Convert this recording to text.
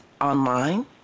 online